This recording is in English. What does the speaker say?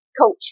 coach